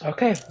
Okay